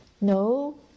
No